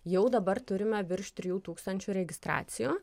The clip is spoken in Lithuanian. jau dabar turime virš trijų tūkstančių registracijų